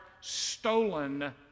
stolen